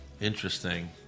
Interesting